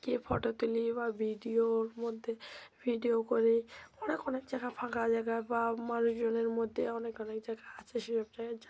গিয়ে ফটো তুলি বা ভিডিওর মধ্যে ভিডিও করি অনেক অনেক জায়গা ফাঁকা জায়গা বা মানুষজনের মধ্যে অনেক অনেক জায়গা আছে সেসব জায়গায়